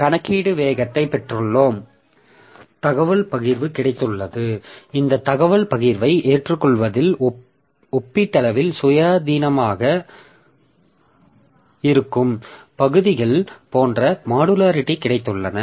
கணக்கீட்டு வேகத்தை பெற்றுள்ளோம் தகவல் பகிர்வு கிடைத்துள்ளது இந்த தகவல் பகிர்வை ஏற்றுக்கொள்வதில் ஒப்பீட்டளவில் சுயாதீனமாக இருக்கும் பகுதிகள் போன்ற மாடுலாரிட்டி கிடைத்துள்ளன